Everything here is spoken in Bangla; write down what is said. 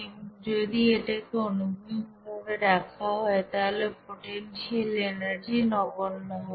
এবং যদি এটাকে অনুভূমিকভাবে রাখা হয় তাহলে পোটেনশিয়াল এনার্জি নগণ্য হবে